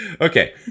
okay